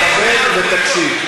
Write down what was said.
חבר הכנסת חאג' יחיא, תכבד ותקשיב.